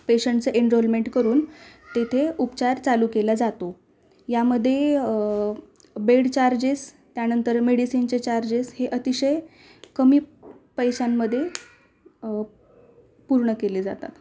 पेशंटचं एनरोलमेंट करून तेथे उपचार चालू केला जातो यामध्ये बेड चार्जेस त्यानंतर मेडिसिनचे चार्जेस हे अतिशय कमी पैशांमध्ये पूर्ण केले जातात